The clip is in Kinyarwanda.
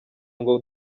ngo